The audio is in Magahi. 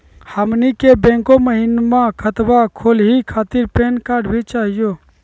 हमनी के बैंको महिना खतवा खोलही खातीर पैन कार्ड भी चाहियो?